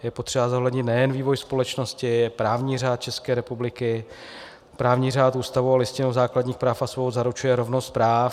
Je potřeba zohlednit nejen vývoj společnosti, právní řád České republiky, právní řád, Ústavu a Listinu základních práv a svobod, zaručuje rovnost práv.